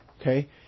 Okay